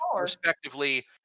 respectively